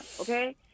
okay